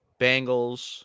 Bengals